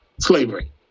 slavery